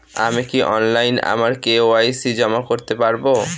আমি কি অনলাইন আমার কে.ওয়াই.সি জমা করতে পারব?